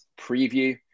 preview